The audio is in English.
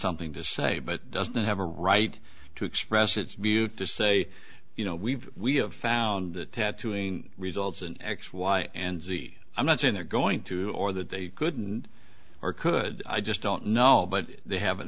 something to say but it doesn't have a right to express its view to say you know we've we have found that tattooing results in x y and z i'm not saying they're going to or that they couldn't or could i just don't know but they haven't